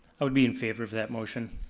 i would be in favor of that motion.